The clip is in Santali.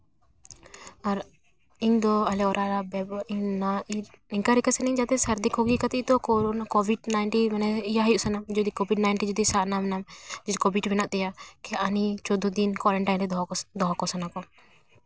ᱟᱨ ᱤᱧ ᱫᱚ ᱟᱞᱮ ᱚᱨᱟᱜ ᱨᱮᱫᱚ ᱤᱧ ᱢᱟ ᱤᱧ ᱤᱱᱠᱟ ᱤᱱᱠᱟ ᱛᱮᱜᱮ ᱡᱟᱛᱮ ᱥᱟᱹᱨᱫᱤ ᱠᱳᱵᱷᱤᱰ ᱠᱷᱟᱹᱛᱤᱨ ᱛᱮ ᱠᱳᱨᱳᱱᱟ ᱠᱳᱵᱷᱤᱰ ᱱᱟᱭᱤᱱᱴᱤ ᱤᱭᱟᱹ ᱦᱩᱭᱩᱜ ᱥᱟᱱᱟ ᱡᱩᱫᱤ ᱠᱳᱵᱷᱤᱰ ᱱᱟᱭᱤᱱᱴᱤ ᱡᱩᱫᱤ ᱥᱟᱵ ᱧᱟᱢ ᱱᱟᱢ ᱡᱩᱫᱤ ᱠᱳᱵᱷᱤᱰ ᱢᱮᱱᱟᱜ ᱛᱟᱭᱟ ᱩᱱᱤ ᱪᱳᱫᱽᱫᱳ ᱫᱤᱱ ᱠᱳᱣᱟᱨᱮᱱᱴᱟᱭᱤᱱ ᱨᱮ ᱫᱚᱦᱚ ᱫᱚᱦᱚ ᱠᱚ ᱥᱟᱱᱟ ᱠᱚᱣᱟ